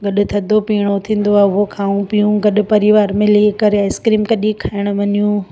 गॾु थदो पीअणो थींदो आहे वो खाऊं पीऊं गॾु परिवार मिली करे आइस्क्रीम कॾहिं खाइणु वञूं